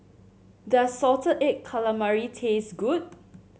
does Salted Egg Calamari taste good